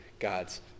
God's